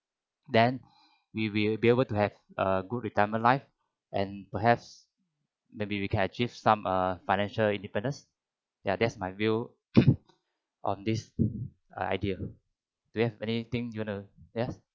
then we will be able to have a good retirement life and perhaps maybe we can achieve some err financial independence ya that's my view on this idea do you have anything you want to yes